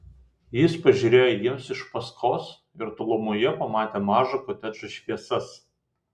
jis pažiūrėjo jiems iš paskos ir tolumoje pamatė mažo kotedžo šviesas